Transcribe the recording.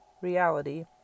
reality